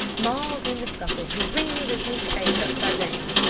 mauled in the scuffle he ran with his meek face upside down!